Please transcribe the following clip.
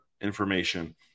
information